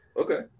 okay